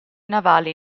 navali